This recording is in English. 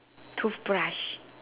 toothbrush